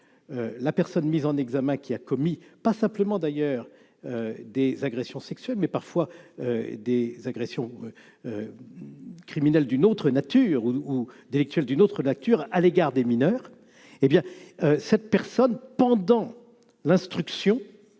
la personne mise en examen qui a commis pas simplement d'ailleurs des agressions sexuelles, mais parfois des agressions criminelles d'une autre nature ou délictuelle, d'une autre nature, à l'égard des mineurs, hé bien cette personne pendant l'instruction,